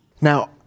Now